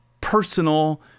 personal